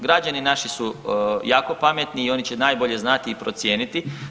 Građani naši su jako pametni i oni će najbolje znati i procijeniti.